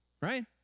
Right